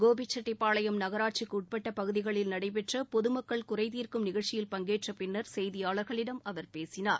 கோபிசெட்டிப்பாளையம் நகராட்சிக்குஉட்பட்டபகுதிகளில் நடைபெற்றபொதுமக்கள் குறைதீர்க்கும் நிகழ்ச்சியில் பங்கேற்றபின்னர் செய்தியாளர்களிடம் அவர் பேசினார்